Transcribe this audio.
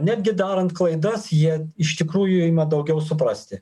netgi darant klaidas jie iš tikrųjų ima daugiau suprasti